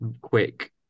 quick